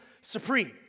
supreme